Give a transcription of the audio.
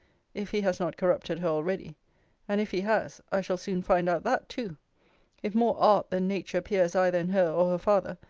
if he has not corrupted her already and if he has, i shall soon find out that too if more art than nature appears either in her or her father,